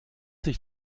dich